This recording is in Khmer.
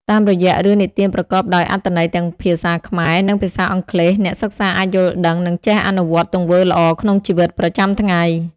តាមរយៈរឿងនិទានប្រកបដោយអត្ថន័យទាំងភាសាខ្មែរ និងភាសាអង់គ្លេស អ្នកសិក្សាអាចយល់ដឹង និងចេះអនុវត្តទង្វើល្អក្នុងជីវិតប្រចាំថ្ងៃ។